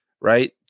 right